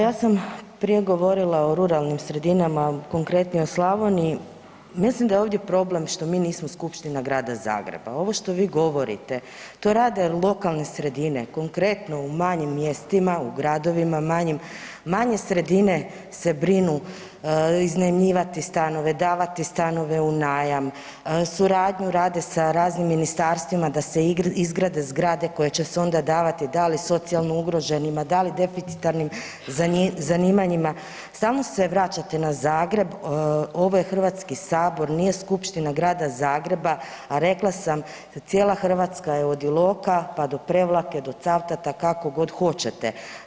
Ja sam prije govorila o ruralnim sredinama, konkretno Slavoniji, mislim da je ovdje problem što mi nismo Skupština Grada Zagreba, ovo što vi govorite, to rade lokalne sredine, konkretno u manjim mjestima, u gradovima manjim, manje sredine se brinu iznajmljivati stanove, davati stanove u najam, suradnju rade sa raznim ministarstvima da se izgrade zgrade koje će se onda dati, da li socijalno ugroženima, da li deficitarnim zanimanjima, stalno se vraćate na Zagreb, ovo je Zagreb, ovo je Hrvatski sabor, nije Skupština Grada Zagreba, a rekla sam, cijela Hrvatska je, od Iloka pa do Prevlake, do Cavtata, kako god hoćete.